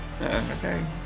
Okay